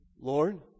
Lord